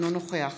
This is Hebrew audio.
אינו נוכח